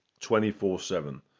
24-7